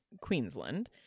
Queensland